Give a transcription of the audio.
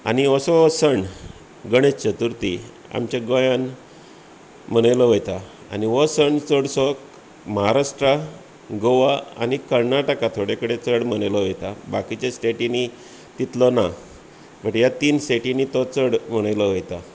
आनी असो हो सण गणेश चतुर्थी आमच्या गोंयांत मनयलो वयता आनी हो सण चडसो महाराष्ट्रा गोवा आनी कर्नाटका थोडे कडेन चड मनयलो वयता बाकीच्या स्टेटिंनी तितलो ना बट ह्या तीन स्टेटिंनी तो चड मनयलो वयता